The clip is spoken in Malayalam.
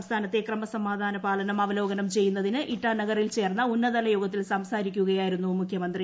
സംസ്ഥാനത്തെ ക്രമസമാധുള്ള പ്പാലനം അവലോകനം ചെയ്യുന്നതിന് ഇറ്റാനഗറിൽ ചേർന്നു ഉന്നൂതതല യോഗത്തിൽ സംസാരിക്കുകയായിരുന്നു മുഖ്യ്മന്ത്രി